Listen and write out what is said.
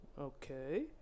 okay